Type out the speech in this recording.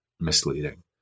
misleading